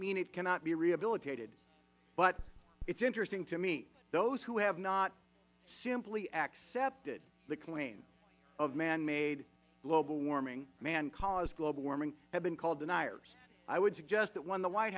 mean it cannot be rehabilitated but it is interesting to me those who have not simply accepted the claim of manmade global warming man caused global warming have been called deniers i would suggest that when the white